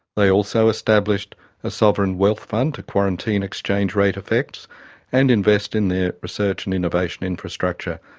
they also established a sovereign wealth fund to quarantine exchange rate effects and invest in their research and innovation infrastructure.